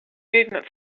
movement